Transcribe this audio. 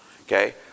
okay